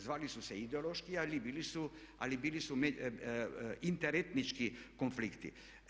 Zvali su se ideološki, ali bili su inter etnički konflikti.